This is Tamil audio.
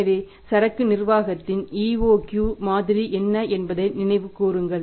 எனவே சரக்கு நிர்வாகத்தின் EOQ மாதிரி என்ன என்பதை நினைவுகூருங்கள்